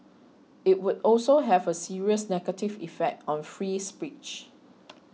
it would also have a serious negative effect on free speech